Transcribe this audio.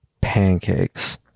pancakes